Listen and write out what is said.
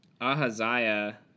Ahaziah